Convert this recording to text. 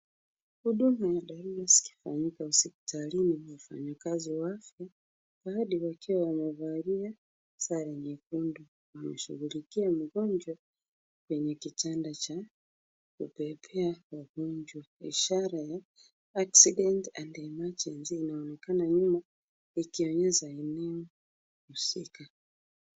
Huduma ya dharura zikifanyika hospitalini. Wafanyikazi wa afya baadhi wakiwa wamevalia sare nyekundu wanashughulikia mgonjwa kwenye kitanda cha kubebea wagonjwa. Ishara ya accidents and emergency inaonekana nyuma ikionyesha iliohusika.